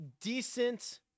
decent